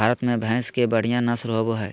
भारत में भैंस के बढ़िया नस्ल होबो हइ